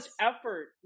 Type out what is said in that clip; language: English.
effort